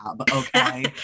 Okay